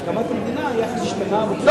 בהקמת המדינה היחס השתנה בצורה קיצונית.